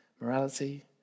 morality